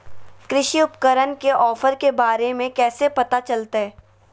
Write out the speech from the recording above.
कृषि उपकरण के ऑफर के बारे में कैसे पता चलतय?